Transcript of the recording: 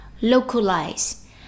localize